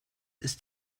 ist